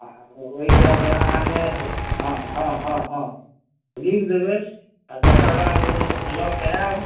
आ ओहि हिसाबसँ अहाँ हँ हँ हँ लिख देबै आ तकर बाद ओ लऽ के आयब